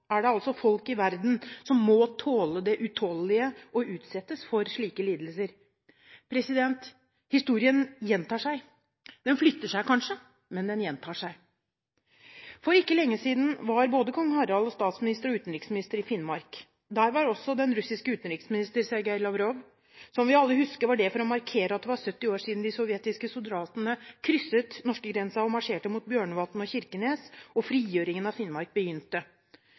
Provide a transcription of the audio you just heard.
er folk i verden som må tåle det utålelige og utsettes for slike lidelser. Historien gjentar seg. Den flytter seg kanskje, men den gjentar seg. For ikke lenge siden var både kong Harald, statsministeren og utenriksministeren i Finnmark. Der var også den russiske utenriksministeren, Sergej Lavrov. Som vi alle husker, var det for å markere at det var 70 år siden de sovjetiske soldatene krysset norskegrensen og marsjerte mot Bjørnevatn og Kirkenes og frigjøringen av Finnmark begynte.